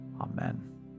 Amen